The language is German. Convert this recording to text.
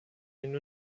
den